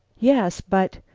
yes, but,